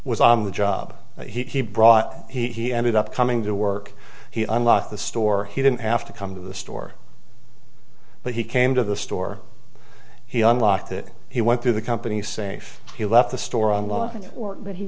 was on the job he brought he ended up coming to work he unlocked the store he didn't have to come to the store but he came to the store he unlocked it he went through the company safe he left the store on line or that he